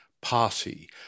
party